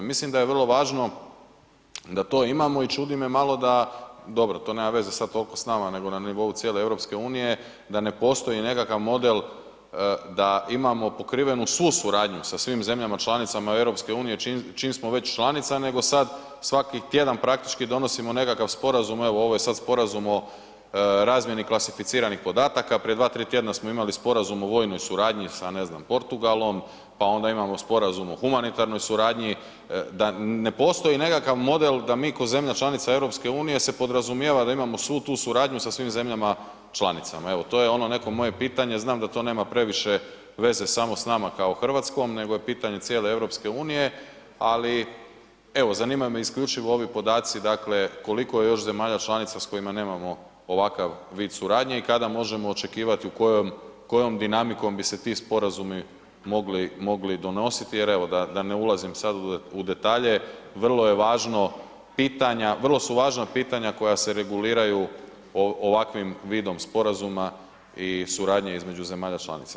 Mislim da je vrlo važno da to imamo i čudi me malo da, dobro to nema veze tolko s nama, nego na nivou cijele EU, da ne postoji nekakav model da imamo pokrivenu svu suradnju sa svim zemljama članicama EU čija, čija smo već članica, nego sad svaki tjedan praktički donosimo nekakav sporazum, evo ovo je sad Sporazum o razmjeni klasificiranih podataka, prije 2-3 tjedna smo imali Sporazum o vojnoj suradnji sa ne znam Portugalom, pa onda imamo Sporazum o humanitarnoj suradnji, da ne postoji nekakav model da mi ko zemlja članica EU se podrazumijeva da imamo svu tu suradnju sa svim zemljama članicama, evo to je ono neko moje pitanje, znam da to nema previše veze samo s nama kao RH, nego je pitanje cijele EU, ali evo zanima me isključivo ovi podaci, dakle koliko je još zemalja članica s kojima nemamo ovakav vid suradnje i kada možemo očekivati, u kojom, kojom dinamikom bi se ti sporazumi mogli, mogli donositi jer evo da, da ne ulazim sad u detalje, vrlo je važno pitanja, vrlo su važna pitanja koja se reguliraju ovakvim vidom sporazuma i suradnje između zemalja članica.